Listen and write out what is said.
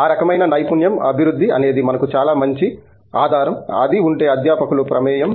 ఆ రకమైన నైపుణ్యం అభివృద్ధి అనేది మనకు చాలా మంచి ఆధారం అది ఉంటే అధ్యాపకుల ప్రమేయం